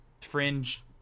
fringe